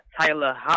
Tyler